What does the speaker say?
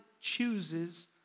chooses